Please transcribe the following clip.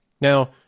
Now